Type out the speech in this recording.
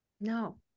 No